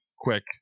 quick